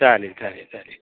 चालेल चालेल चालेल